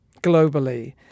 globally